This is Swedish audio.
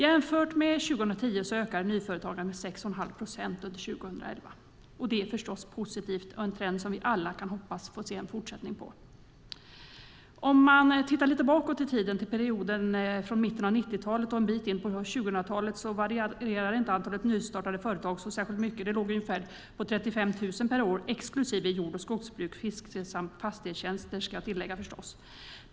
Jämfört med 2010 ökade nyföretagandet med 6,5 procent under 2011. Det är förstås positivt och en trend som vi alla kan hoppas få se en fortsättning på. Om man tittar lite bakåt i tiden till perioden från mitten av 90-talet och fram till en bit in på 2000-talet varierade inte antalet nystartade företag särskilt mycket. Det låg på ungefär 35 000 per år, exklusive jord och skogsbruk, fiske samt fastighetstjänster ska jag tillägga förstås.